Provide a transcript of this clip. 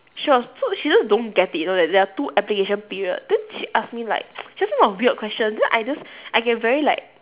she was so she just don't get it you know that there are two application period then she ask me like she ask me about weird questions then I just I get very like